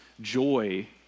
joy